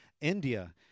India